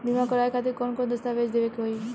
बीमा करवाए खातिर कौन कौन दस्तावेज़ देवे के होई?